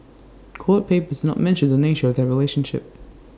court papers did not mention the nature of their relationship